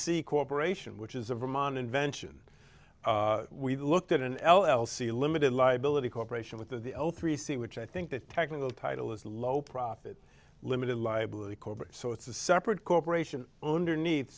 c corporation which is a vermont invention we looked at an l l c limited liability corporation with the three c which i think the technical title is low profit limited liability corporate so it's a separate corporation underneath